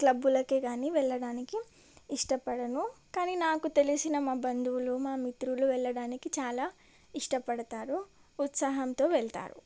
క్లబ్బులుకే కాని వెళ్ళడానికి ఇష్టపడను కానీ నాకు తెలిసిన మా బంధువులు మా మిత్రులు వెళ్ళడానికి చాలా ఇష్టపడతారు ఉత్సాహంతో వెళ్తారు